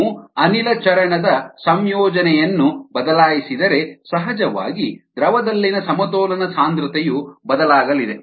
ನೀವು ಅನಿಲ ಚರಣ ದ ಸಂಯೋಜನೆಯನ್ನು ಬದಲಾಯಿಸಿದರೆ ಸಹಜವಾಗಿ ದ್ರವದಲ್ಲಿನ ಸಮತೋಲನ ಸಾಂದ್ರತೆಯು ಬದಲಾಗಲಿದೆ